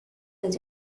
las